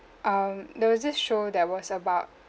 um there was this show that was about